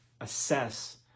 assess